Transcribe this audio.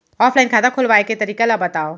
Offline खाता खोलवाय के तरीका ल बतावव?